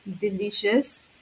delicious